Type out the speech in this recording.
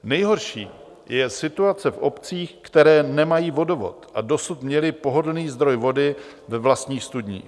Nejhorší situace je v obcích, které nemají vodovod a dosud měly pohodlný zdroj vody ve vlastních studních.